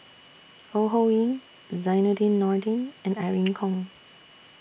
Ho Ho Ying Zainudin Nordin and Irene Khong